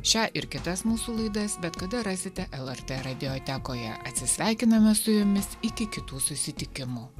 šią ir kitas mūsų laidas bet kada rasite lrt radiotekoje atsisveikiname su jumis iki kitų susitikimų